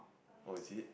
oh is it